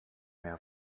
mehr